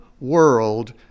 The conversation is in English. world